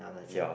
ya